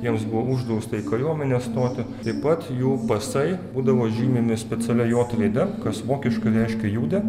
jiems buvo uždrausta į kariuomenę stoti taip pat jų pasai būdavo žymimi specialia j raide kas vokiškai reiškia juden